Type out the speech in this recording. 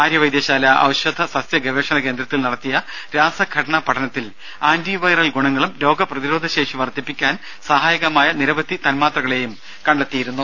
ആര്യവൈദ്യശാല ഔഷധസസ്യ ഗവേഷണ കേന്ദ്രത്തിൽ നടത്തിയ രാസഘടനാ പഠനത്തിൽ ആന്റി വൈറൽ ഗുണങ്ങളും രോഗ പ്രതിരോധശേഷി വർധിപ്പിക്കാൻ സഹായകമായ നിരവധി തന്മാത്രകളെയും കണ്ടെത്തിയിരുന്നു